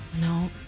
No